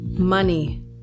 money